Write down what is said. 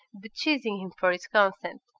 beseeching him for his consent.